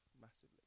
massively